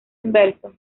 inverso